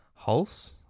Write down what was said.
Hulse